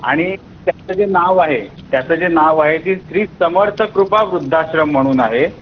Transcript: आणि त्याचं जे नाव आहे त्याचं जे नाव आहे ते श्री समर्थकृपा वृद्धाश्रम म्हणून आहे